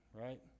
right